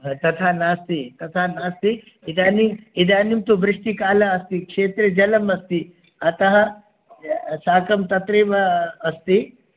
तथा नास्ति तथा नास्ति इदानीं इदानीं तु वृष्टिकालः अस्ति क्षेत्रे जलम् अस्ति अतः साकं तत्रैव अस्ति